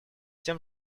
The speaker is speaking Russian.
тем